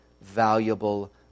valuable